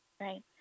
right